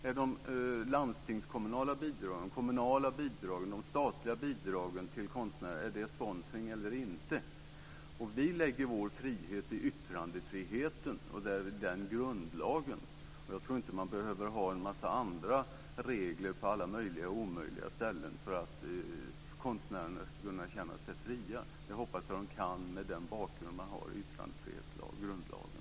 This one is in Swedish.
Är de landstingskommunala bidragen, de kommunala bidragen och de statliga bidragen till konstnärer sponsring eller inte? Vi lägger vår frihet i yttrandefriheten och den grundlagen. Jag tror inte att vi behöver ha en massa andra regler på alla möjliga och omöjliga ställen för att konstnärerna ska kunna känna sig fria. Det hoppas jag att de kan mot bakgrund av yttrandefrihetsgrundlagen.